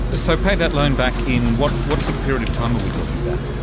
ah so pay that loan back in what what sort of period of time are we talking about?